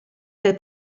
del